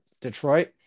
detroit